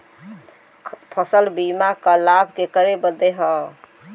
फसल बीमा क लाभ केकरे बदे ह?